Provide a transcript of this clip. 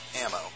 ammo